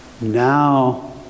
now